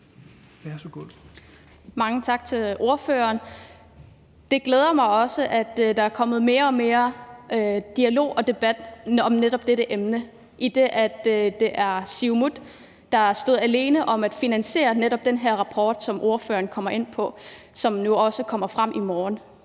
Mange tak til ordføreren. Det glæder mig også, at der er kommet mere og mere dialog og debat om netop dette emne, idet det er Siumut, der stod alene om at finansiere netop den her rapport, som ordføreren kommer ind på, og som udkommer i morgen.